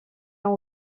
uns